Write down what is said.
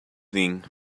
thing